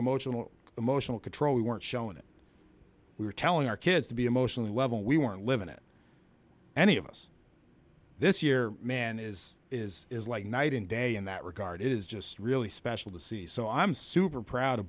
emotional emotional control we weren't showing it we were telling our kids to be emotionally level we weren't living it any of us this year man is is is like night and day in that regard it is just really special to see so i'm super proud